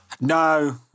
No